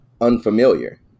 unfamiliar